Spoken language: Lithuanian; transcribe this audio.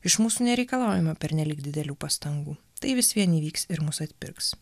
iš mūsų nereikalaujama pernelyg didelių pastangų tai vis vien įvyks ir mus atpirks